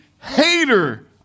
hater